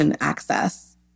access